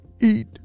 eat